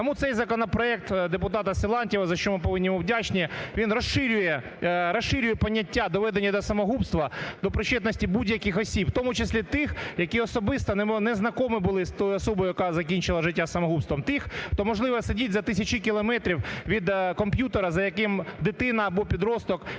Тому цей законопроект депутата Силантьєва, за що ми повинні вдячні, він розширює поняття "доведення до самогубства" до причетності будь-яких осіб, в тому числі тих, які особисто незнакомі були з тою особою, яка закінчила життя самогубством, тих хто, можливо, сидить за тисячі кілометрів від комп'ютера за яким дитина або підросток,